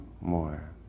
more